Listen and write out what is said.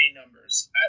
numbers